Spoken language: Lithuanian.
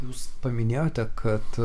jūs paminėjote kad